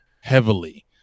heavily